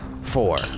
Four